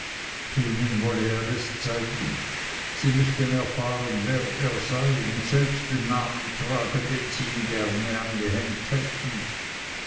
zeigen sie müßten erfahren wer er sei und selbst den namen tragen den sie ihm gerne angehängt hätten